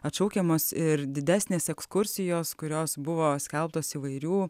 atšaukiamos ir didesnės ekskursijos kurios buvo skelbtos įvairių